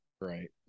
Right